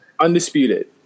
Undisputed